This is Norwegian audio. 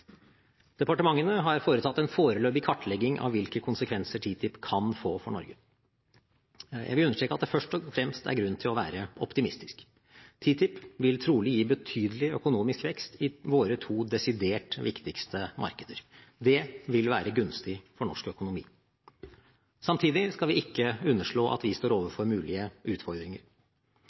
Departementene har foretatt en foreløpig kartlegging av hvilke konsekvenser TTIP kan få for Norge. Jeg vil understreke at det først og fremst er grunn til å være optimistisk: TTIP vil trolig gi betydelig økonomisk vekst i våre to desidert viktigste markeder. Det vil være gunstig for norsk økonomi. Samtidig skal vi ikke underslå at vi står overfor mulige utfordringer.